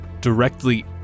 directly